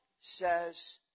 says